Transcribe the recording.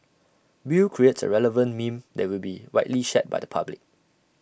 bill creates A relevant meme that will be widely shared by the public